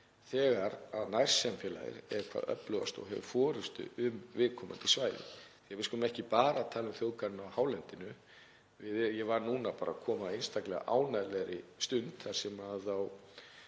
þegar nærsamfélagið er hvað öflugast og hefur forystu um viðkomandi svæði. Við skulum ekki bara tala um þjóðgarð á hálendinu, Ég var núna bara að koma af einstaklega ánægjulegri stund þar sem við